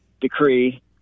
decree